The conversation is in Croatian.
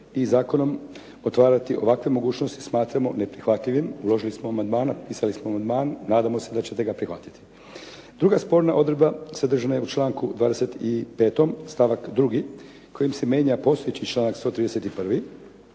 i zakonom otvarati ovakve mogućnosti smatramo neprihvatljivim, uložili smo amandman, pisali smo amandman, nadamo se da ćete ga prihvatiti. Druga sporna odredba sadržana je u članku 25. stavak 2. kojim se mijenja postojeći članak 131.,